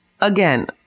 again